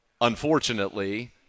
Unfortunately